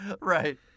Right